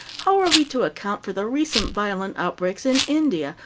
how are we to account for the recent violent outbreaks in india,